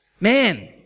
Man